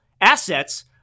assets